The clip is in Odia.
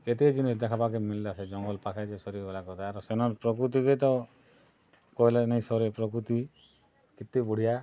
କେତେ ଜିନିଷ୍ ଦେଖ୍ବାକେ ମିଲ୍ଲା ସେ ଜଙ୍ଗଲ୍ ପାଖେ ଯେ ସରିଗଲା ସେନର୍ ପ୍ରକୃତିକେ ତ କହେଲେ ନାଇଁ ସରେ ପ୍ରକୃତି ଏତେ ବଢ଼ିଆ